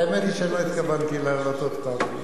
האמת היא שאני לא התכוונתי לעלות עוד פעם,